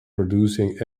producing